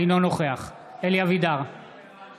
אינו נוכח אלי אבידר,